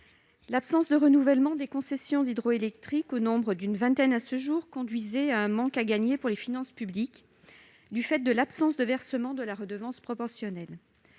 L'absence de renouvellement des concessions hydroélectriques, au nombre d'une vingtaine à ce jour, aboutissait à un manque à gagner pour les finances publiques du fait de l'absence de versement de la redevance proportionnelle.